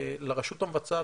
לרשות המבצעת.